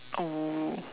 oh